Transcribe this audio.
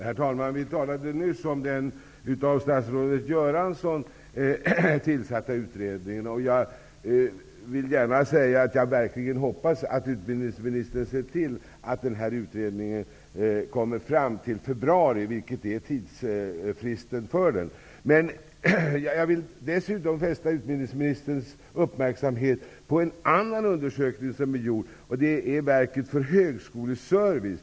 Herr talman! Vi talade nyss om den av statsrådet Göransson tillsatta utredningen. Jag hoppas verkligen att utbildningsministern ser till att utredningen blir färdig till februari, vilket är tidsfristen för den. Jag vill dessutom fästa utbildningsministerns uppmärksamhet på en annan undersökning, nämligen den som är gjord av Verket för högskoleservice.